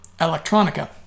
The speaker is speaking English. electronica